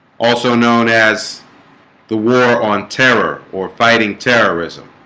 also known as the war on terror or fighting terrorism